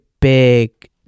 big